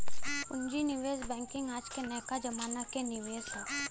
पूँजी निवेश बैंकिंग आज के नयका जमाना क निवेश हौ